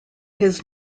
his